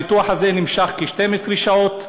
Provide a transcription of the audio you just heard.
הניתוח הזה נמשך כ-12 שעות,